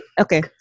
Okay